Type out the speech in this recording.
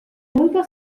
muita